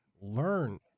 learn